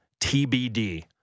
TBD